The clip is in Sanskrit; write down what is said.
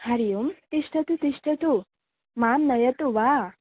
हरिः ओं तिष्ठतु तिष्ठतु मां नयतु वा